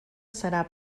serà